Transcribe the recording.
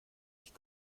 ich